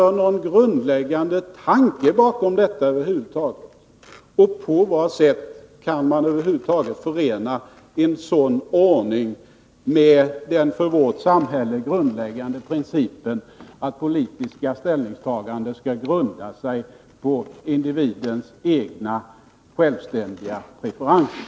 På vad sätt kan man över huvud taget förena en sådan ordning med den för vårt samhälle grundläggande principen att politiska ställningstaganden skall grunda sig på individens egna, självständiga preferenser?